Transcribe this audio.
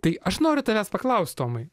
tai aš noriu tavęs paklaust tomai